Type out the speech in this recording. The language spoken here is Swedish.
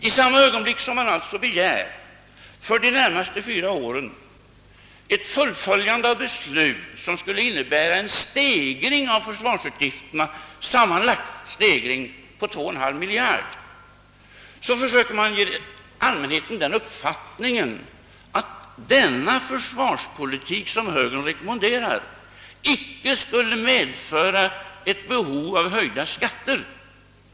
I samma ögonblick som högern för de närmaste fyra åren begär ett fullföljande av beslut som skulle innebära en sammanlagd stegring av försvarsutgifterna med 2,5 miljarder, försöker högern ge allmänheten den uppfattningen, att den försvarspolitik som högern rekommenderar icke skulle medföra ett behov av höjda skatter.